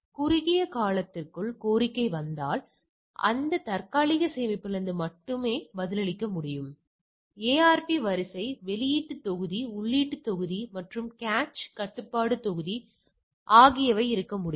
எனவே குறுகிய காலத்திற்குள் கோரிக்கை வந்தால் அது அந்த தற்காலிக சேமிப்பிலிருந்து மட்டுமே பதிலளிக்க முடியும் ARP வரிசை வெளியீட்டு தொகுதி உள்ளீட்டு தொகுதி மற்றும் கேச் கட்டுப்பாட்டு தொகுதி ஆகியவை இருக்க முடியும்